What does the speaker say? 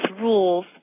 rules